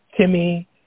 Timmy